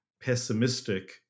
pessimistic